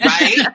right